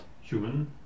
human